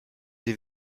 sie